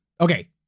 Okay